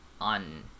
on